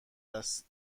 است